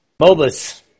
Mobus